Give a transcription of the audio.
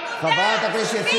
חברי הכנסת, חברי הכנסת.